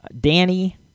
Danny